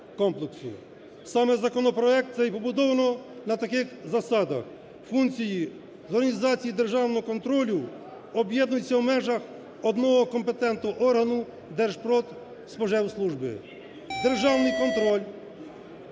Саме законопроект цей побудовано на таких засадах: функції з організації державного контролю об'єднуються в межах одного компетентного органу Держпродспоживслужби. Державний контроль